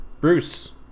Bruce